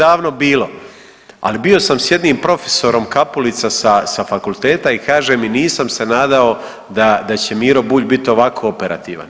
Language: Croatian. Ali bio sam s jednim profesorom Kapulica sa fakulteta i kaže mi nisam se nadao da će Miro Bulj biti ovako operativan.